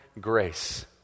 grace